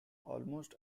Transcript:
almost